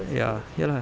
ya ya lah